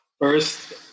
First